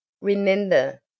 Remember